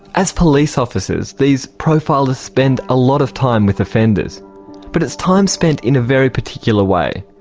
as police officers these profilers spend a lot of time with offenders but it's time spent in a very particular way.